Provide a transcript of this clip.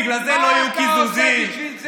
בגלל זה לא יהיו קיזוזים, מה אתה עושה בשביל זה?